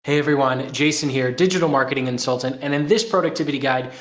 hey everyone! jason here, digital marketing consultant. and in this productivity guide,